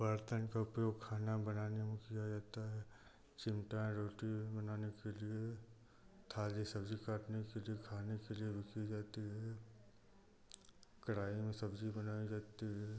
बर्तन का उपयोग खाना बनाने में किया जाता है चिमटा रोटियाँ बनाने के लिए थाली सब्जी काटने के लिए खाने के लिए रखी जाती है कढ़ाई में सब्जी बनाई जाती है